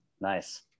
Nice